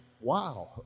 wow